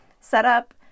setup